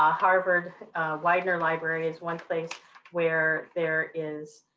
ah harvard widener library is one place where there is